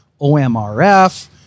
OMRF